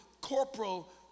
corporal